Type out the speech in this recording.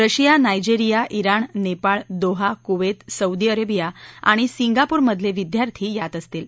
Russia Nigeria ज्ञाण Nepal Doha Kuwait Saudi Arabia आणि सिंगापूर मधले विद्यार्थी यात असतील